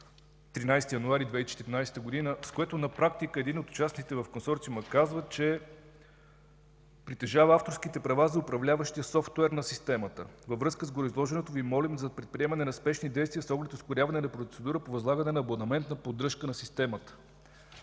13 януари 2014 г., в което на практика един от участниците в консорциума казва, че притежава авторските права за управляващия софтуер на системата: „Във връзка с гореизложеното Ви молим за предприемане на спешни действия с оглед ускоряване на процедурата по възлагане на абонаментна поддръжка на системата.”